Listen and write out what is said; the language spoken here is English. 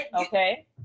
Okay